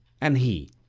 and he,